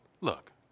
Look